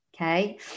okay